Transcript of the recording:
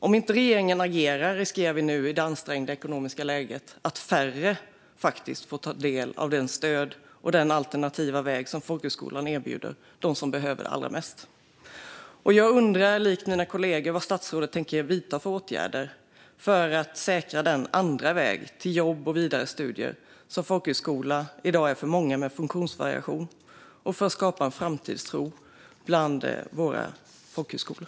Om inte regeringen agerar riskerar vi nu, i detta ansträngda ekonomiska läge, att färre får ta del av det stöd och den alternativa väg som folkhögskolan erbjuder dem som behöver det allra mest. Jag undrar likt mina kollegor vad statsrådet tänker vidta för åtgärder för att säkra den andra väg till jobb och vidare studier som folkhögskolan i dag är för många med funktionsvariationer och för att skapa en framtidstro bland våra folkhögskolor.